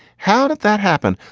how did that happen?